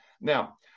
Now